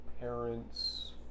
parents